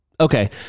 Okay